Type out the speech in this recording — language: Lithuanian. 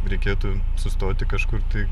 reikėtų sustoti kažkur tai